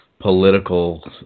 political